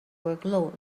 workload